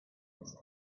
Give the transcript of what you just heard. his